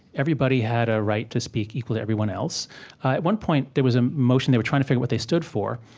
everybody had a right to speak, equal to everyone else. at one point, there was a motion. they were trying to figure out what they stood for.